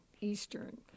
Eastern